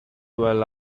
while